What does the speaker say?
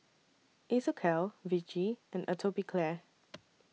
Isocal Vichy and Atopiclair